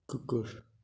कुकुर